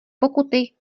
pokuty